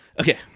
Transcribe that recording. Okay